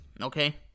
okay